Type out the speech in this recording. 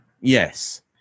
Yes